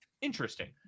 interesting